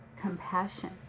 compassion